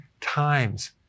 times